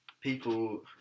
people